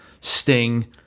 Sting